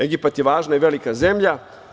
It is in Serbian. Egipat je važna i velika zemlja.